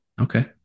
okay